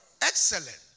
excellent